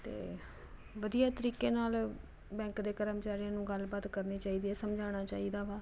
ਅਤੇ ਵਧੀਆ ਤਰੀਕੇ ਨਾਲ ਬੈਂਕ ਦੇ ਕਰਮਚਾਰੀਆਂ ਨੂੰ ਗੱਲਬਾਤ ਕਰਨੀ ਚਾਹੀਦੀ ਹੈ ਸਮਝਾਉਣਾ ਚਾਹੀਦਾ ਵਾ